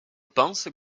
pense